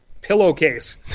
pillowcase